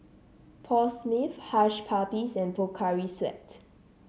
Paul Smith Hush Puppies and Pocari Sweat